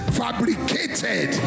fabricated